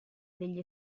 degli